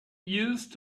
used